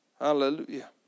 Hallelujah